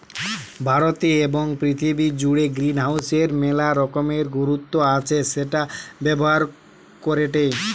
ভারতে এবং পৃথিবী জুড়ে গ্রিনহাউসের মেলা রকমের গুরুত্ব আছে সেটা ব্যবহার করেটে